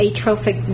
atrophic